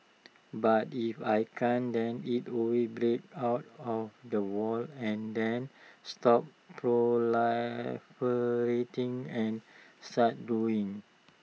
but if I can't then IT will break out of the wall and then stop proliferating and start growing